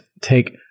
take